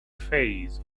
phase